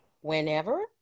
whenever